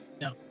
No